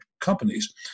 companies